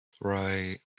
right